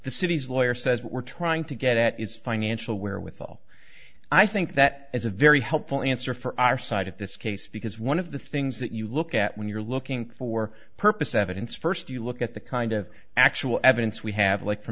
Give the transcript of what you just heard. the city's lawyer says we're trying to get at is financial where with all i think that is a very helpful answer for our side of this case because one of the things that you look at when you're looking for purpose evidence first you look at the kind of actual evidence we have like f